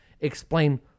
explain